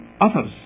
others